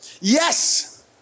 Yes